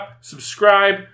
Subscribe